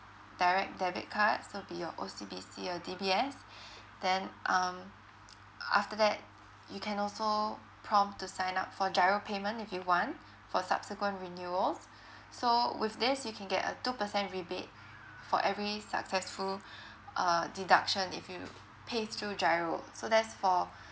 direct debit card so be your O_C_B_C your D_B_S then um after that you can also prompt to sign up for giro payment if you want for subsequent renewals so with this you can get a two percent rebate for every successful uh deduction if you pay through giro so that's for